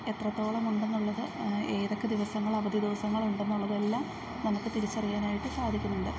എത്രത്തോളം ഉണ്ടെന്നുള്ളത് ഏതൊക്കെ ദിവസങ്ങൾ അവധി ദിവസങ്ങളുണ്ടെന്നുള്ളതെല്ലാം നമുക്ക് തിരിച്ചറിയാനായിട്ട് സാധിക്കുന്നുണ്ട്